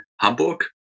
Hamburg